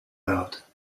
out